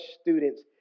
students